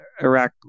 Iraq